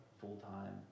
full-time